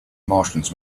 martians